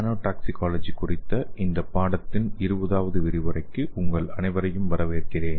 nanotoxicology குறித்த இந்த பாடத்தின் 20 வது விரிவுரைக்கு உங்கள் அனைவரையும் வரவேற்கிறேன்